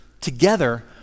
together